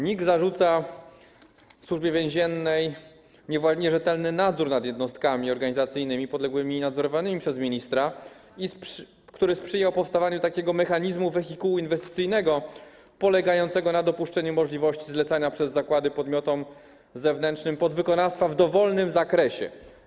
NIK zarzuca Służbie Więziennej nierzetelny nadzór nad jednostkami organizacyjnymi podległymi i nadzorowanymi przez ministra, który sprzyjał powstawaniu mechanizmu wehikułu inwestycyjnego polegającego na dopuszczeniu możliwości zlecania przez zakłady podmiotom zewnętrznym podwykonawstwa w dowolnym zakresie.